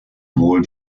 wohl